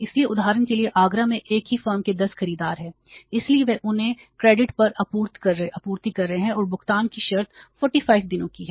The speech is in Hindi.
इसलिए उदाहरण के लिए आगरा में एक ही फर्म के 10 खरीदार हैं इसलिए वे उन्हें क्रेडिट पर आपूर्ति कर रहे हैं और भुगतान की शर्तें 45 दिनों की हैं